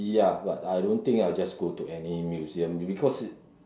ya but I don't think I'll just go to any museum because it